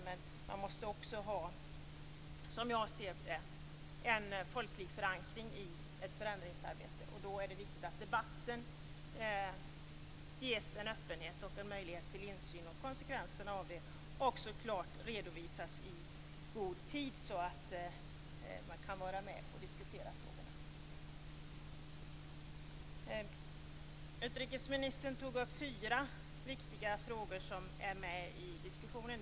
Men, som jag ser det, måste man också ha en folklig förankring i ett förändringsarbete. Då är det viktigt att det finns en öppenhet i debatten och att det finns en möjlighet till insyn. Konsekvenserna måste också klart redovisas i god tid, så att man kan vara med och diskutera frågorna. Utrikesministern tog upp fyra viktiga frågor som är med i diskussionen.